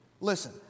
Listen